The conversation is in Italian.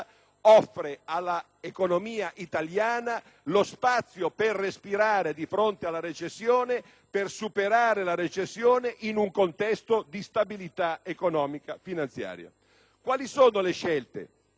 Quali sono le scelte